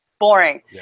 Boring